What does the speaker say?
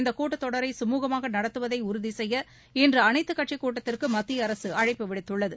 இந்த கூட்டத் தொடரை கமூகமாக நடத்துவதை உறுதி செய்ய இன்று அனைத்து கட்சி கூட்டத்திற்கு மத்திய அரசு அழைப்பு விடுத்துள்ளது